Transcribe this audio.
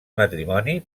matrimoni